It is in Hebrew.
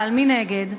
אבל מנגד,